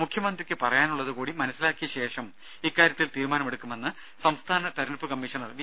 മുഖ്യമന്ത്രിക്ക് പറയാനുള്ളതുകൂടി മനസ്സിലാക്കിയ ശേഷം ഇക്കാര്യത്തിൽ തീരുമാനമെടുക്കുമെന്ന് സംസ്ഥാന തിരഞ്ഞെടുപ്പ് കമ്മീഷണർ വി